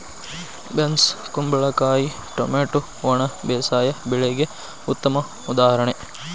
beans ಕುಂಬಳಕಾಯಿ tomato ಒಣ ಬೇಸಾಯ ಬೆಳೆಗೆ ಉತ್ತಮ ಉದಾಹರಣೆ